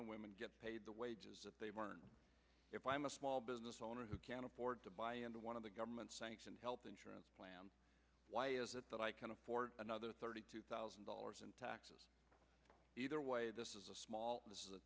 and women get paid the wages they learn if i am a small business owner who can afford to buy into one of the government sanctioned health insurance plans why is it that i can afford another thirty two thousand dollars in taxes either way this is a small